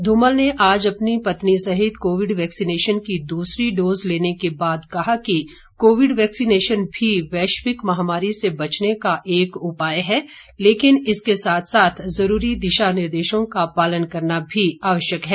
धूमल ने आज अपनी पत्नी सहित कोविड वैक्सीनेशन की दूसरी डोज लेने के बाद कहा कि कोविड वैक्सीनेशन भी वैश्विक महामारी से बचने का एक उपाय है लेकिन इसके साथ साथ जरूरी दिशा निर्देशो का पालन करना भी आवश्यक है